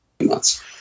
months